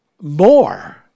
more